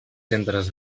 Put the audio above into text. centres